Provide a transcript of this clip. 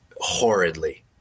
horridly